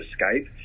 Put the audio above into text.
Skype